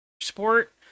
sport